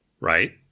right